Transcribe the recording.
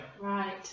Right